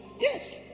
yes